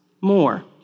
more